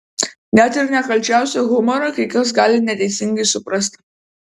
net ir nekalčiausią humorą kai kas gali neteisingai suprasti